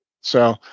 So-